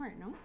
no